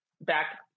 back